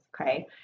okay